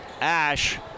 Ash